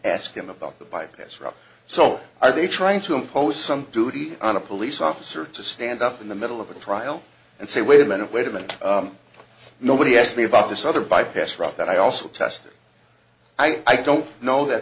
ask him about the bypass route so are they trying to impose some duty on a police officer to stand up in the middle of a trial and say wait a minute wait a minute nobody asked me about this other bypass route that i also tested i don't know that